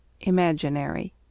Imaginary